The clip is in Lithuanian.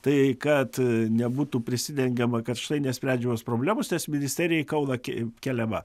tai kad nebūtų prisidengiama kad štai nesprendžiamos problemos nes ministerija į kauną k keliama